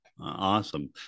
awesome